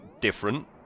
different